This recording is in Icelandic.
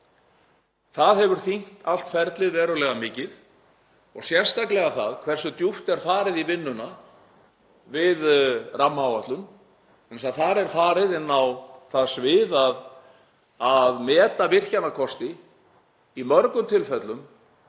Það hefur þyngt allt ferlið verulega mikið, sérstaklega það hversu djúpt er farið í vinnuna við rammaáætlun. Þar er farið inn á það svið að meta virkjunarkosti í mörgum tilfellum